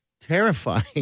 terrifying